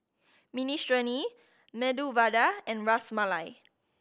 Minestrone Medu Vada and Ras Malai